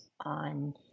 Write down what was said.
on